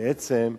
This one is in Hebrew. בעצם,